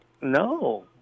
No